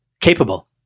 capable